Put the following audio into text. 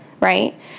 right